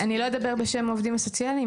אז אני לא אדבר בשם העובדים הסוציאליים,